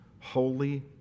holy